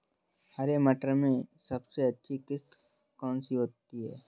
हरे मटर में सबसे अच्छी किश्त कौन सी होती है?